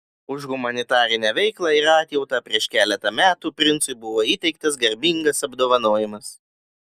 už humanitarinę veiklą ir atjautą prieš keletą metų princui buvo įteiktas garbingas apdovanojimas